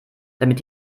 damit